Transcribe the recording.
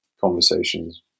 conversations